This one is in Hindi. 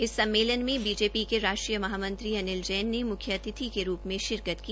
इस सम्मेलन में बीजेपी के राष्ट्रीय महामंत्री अनिल जैन ने मुख्य अतिथि के रुप में शिरकत की